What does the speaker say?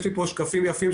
יש לי פה שקפים שמציגים,